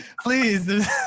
Please